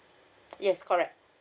yes correct